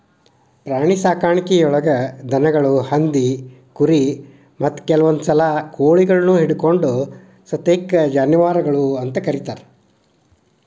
ಪ್ರಾಣಿಸಾಕಾಣಿಕೆಯೊಳಗ ದನಗಳು, ಹಂದಿ, ಕುರಿ, ಮತ್ತ ಕೆಲವಂದುಸಲ ಕೋಳಿಗಳನ್ನು ಹಿಡಕೊಂಡ ಸತೇಕ ಜಾನುವಾರಗಳು ಅಂತ ಕರೇತಾರ